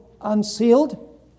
unsealed